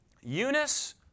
Eunice